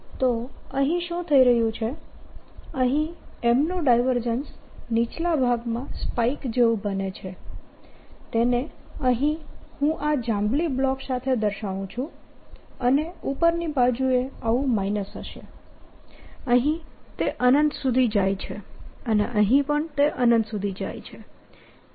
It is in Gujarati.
તો અહીં શું થઈ રહ્યું છે અહીં M નું ડાયવર્જન્સ નીચલા ભાગમાં સ્પાઇક જેવું બને છે તેને અહીં હું આ જાંબલી બ્લોક સાથે દર્શાવું છું અને ઉપરની બાજુએ આવું માઈનસ હશે અહીં તે અનંત સુધી જાય છે અને અહીં તે અનંત સુધી જાય છે